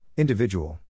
Individual